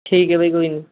ਠੀਕ ਹੈ ਬਾਈ ਕੋਈ ਨਹੀਂ